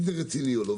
אם זה רציני או לא.